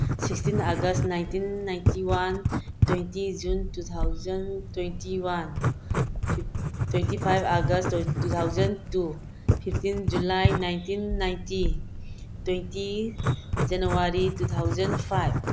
sixteen August nineteen ninety one twenty June two thousand twenty one twenty five August two thousand two fifteen July nineteen ninety twenty January two thousand five